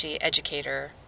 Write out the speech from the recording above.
educator